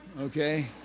okay